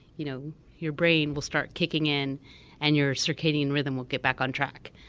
you know your brain will start kicking in and your circadian rhythm will get back on track.